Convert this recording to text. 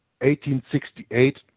1868